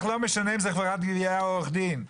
לא משנה אם זו חברת גבייה או עורך דין.